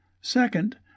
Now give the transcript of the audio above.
Second